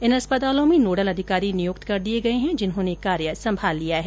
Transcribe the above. इन अस्पतालों में नोडल अधिकारी नियुक्त कर दिए गए है जिन्होंने कार्य संभाल लिया है